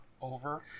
over